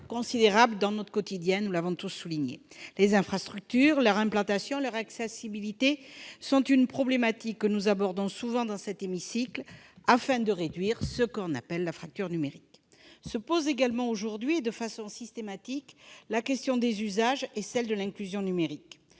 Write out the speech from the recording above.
considérable dans notre quotidien. Les infrastructures, leur implantation et leur accessibilité sont une problématique que nous abordons souvent dans cet hémicycle, afin de réduire ce que l'on appelle la fracture numérique. Se posent également aujourd'hui, de façon systématique, la question des usages ainsi que celle de l'inclusion numérique.